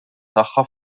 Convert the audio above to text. tagħha